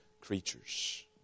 creatures